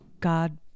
God